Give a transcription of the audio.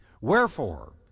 Wherefore